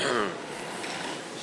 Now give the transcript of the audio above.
של